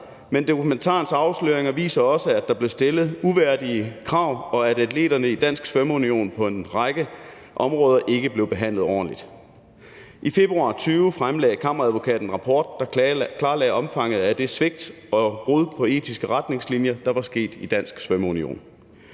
men dokumentarens afsløringer viser også, at der blev stillet uværdige krav, og at atleterne i Dansk Svømmeunion på en række områder ikke blev behandlet ordentligt. I februar 2020 fremlagde Kammeradvokaten en rapport, der klarlagde omfanget af det svigt og brud på etiske retningslinjer, der var sket i Dansk Svømmeunion.